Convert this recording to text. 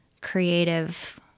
creative